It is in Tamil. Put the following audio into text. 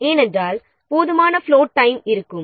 ஏனென்றால் போதுமான ஃபிலோட் டைம் இருக்கும்